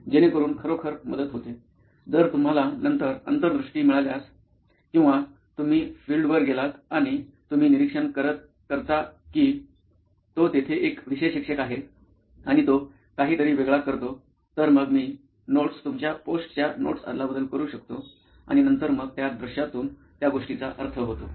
जेणेकरून खरोखर मदत होते जर तुम्हाला नंतर अंतर्दृष्टी मिळाल्यास किंवा तुम्ही फिएल्डवर गेलात आणि तुम्ही निरीक्षण करता की अहो तो तेथे एक विषय शिक्षक आहे आणि तो काहीतरी वेगळा करतो तर मग मी नोट्स तुमच्या पोस्टच्या नोट्स अदलाबदल करू शकतो आणि नंतर मग त्या दृश्यातून त्या गोष्टीचा अर्थ होतो